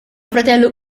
fratello